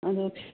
ꯑꯗꯨ